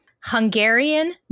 Hungarian